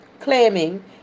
claiming